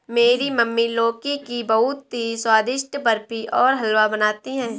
मेरी मम्मी लौकी की बहुत ही स्वादिष्ट बर्फी और हलवा बनाती है